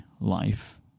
life